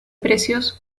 precios